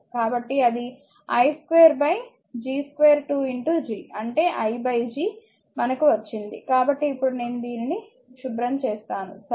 కాబట్టి అది i2 G22 G అంటే iG మనకు వచ్చింది కాబట్టి ఇప్పుడు నేను దానిని శుభ్రం చేస్తాను సరే